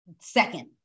second